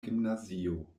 gimnazio